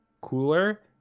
cooler